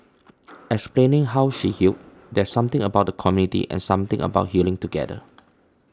explaining how she healed there's something about the community and something about healing together